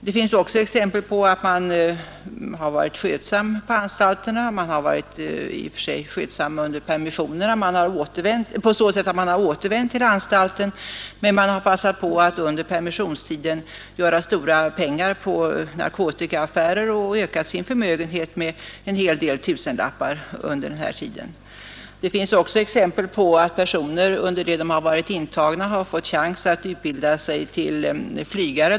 Det finns också exempel på intagna som varit i och för sig skötsamma under permissionerna på så sätt att de har återvänt till anstalten. Men de har passat på att under permissionstiden göra stora pengar på natkotikaaffärer och öka sin förmögenhet med en hel del tusenlappar. Likaså finns det exempel på att personer under den tid de har varit intagna har fått chans att utbilda sig till flygare.